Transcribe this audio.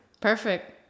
Perfect